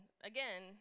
again